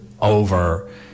over